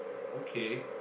okay